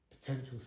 potential